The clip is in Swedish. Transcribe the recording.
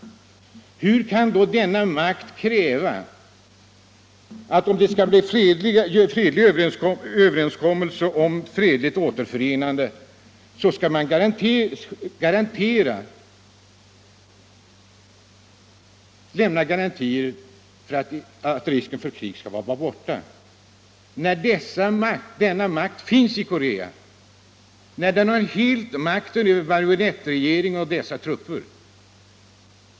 Hur kan denna makt kräva att man, för att en överenskommelse om fredlig återförening skall komma till stånd, skall lämna garantier för att risken för krig är obefintlig, när denna makt själv finns i Korea och helt har makten över dess marionettregering och trupper?